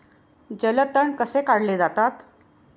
जलतण कसे काढले जातात?